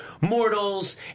mortals